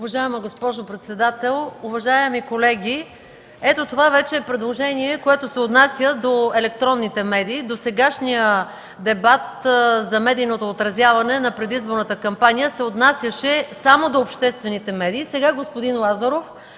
Уважаема госпожо председател, уважаеми колеги! Ето това вече е предложение, което се отнася до електронните медии. Досегашният дебат за медийното отразяване на предизборната кампания се отнасяше само до обществените медии. Сега, господин Лазаров,